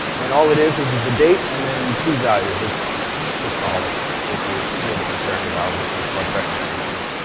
and all it is, is is a date, and then two values. it's systolic, if you're really concerned about what these blood pressure numbers mean.